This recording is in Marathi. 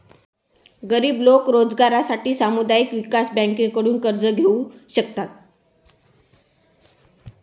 गरीब लोक रोजगारासाठी सामुदायिक विकास बँकांकडून कर्ज घेऊ शकतात